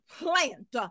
plant